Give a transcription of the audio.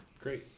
great